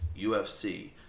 UFC